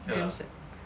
damn sad